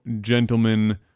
gentlemen